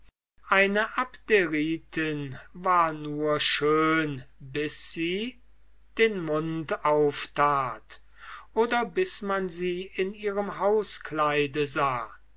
eine abderitin war nur schön bis sie den mund auftat oder bis man sie in ihrem hauskleide sah